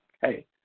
hey